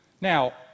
Now